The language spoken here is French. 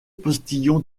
postillon